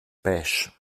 pêchent